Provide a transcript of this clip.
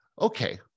okay